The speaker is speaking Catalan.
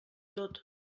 tot